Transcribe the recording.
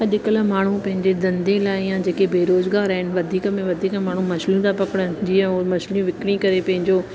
अॼुकल्ह माण्हू पंहिंजे धंधे लाइ या जेके बेरोज़गार आहिनि वधीक में वधीक माण्हू मछलियूं था पकड़नि जीअं उहो मछलियूं विकिणी करे पंहिंजो